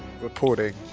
Reporting